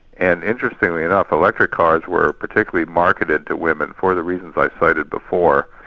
and interestingly enough, electric cars were particularly marketed to women for the reasons i cited before,